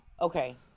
Okay